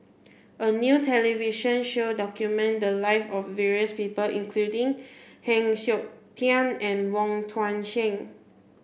a new television show documented the lives of various people including Heng Siok Tian and Wong Tuang Seng